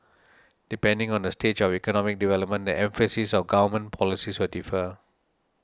depending on the stage of economic development the emphasis of government policies will differ